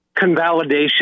convalidation